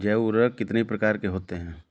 जैव उर्वरक कितनी प्रकार के होते हैं?